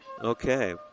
Okay